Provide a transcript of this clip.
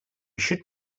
should